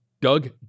Doug